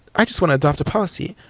i just want to adopt a policy.